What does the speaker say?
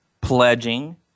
pledging